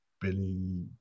Billy